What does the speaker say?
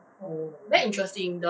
oh